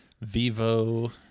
Vivo